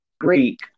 Greek